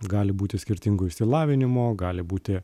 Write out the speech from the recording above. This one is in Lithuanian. gali būti skirtingo išsilavinimo gali būti